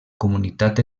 comunitat